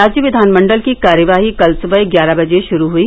राज्य विधानमंडल की कार्यवाही कल सुबह ग्यारह बजे षुरू हुई